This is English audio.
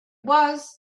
was